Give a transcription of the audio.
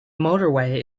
motorway